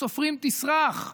סופרים תסרח,